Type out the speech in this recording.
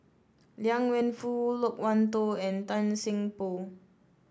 Liang Wenfu Loke Wan Tho and Tan Seng Poh